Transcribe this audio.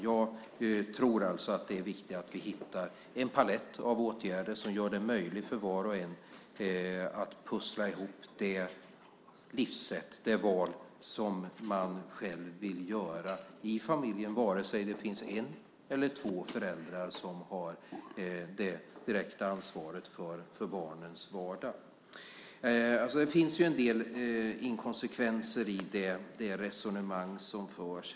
Jag tror alltså att det är viktigt att vi hittar en palett av åtgärder som gör det möjligt för var och en att pussla ihop det livssätt och de val som man själv vill göra i familjen antingen det finns en eller två föräldrar som har det direkta ansvaret för barnens vardag. Det finns en del inkonsekvenser i det resonemang som förs.